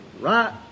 Right